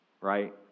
right